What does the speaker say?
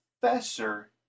professor